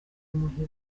umuhigo